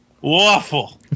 Waffle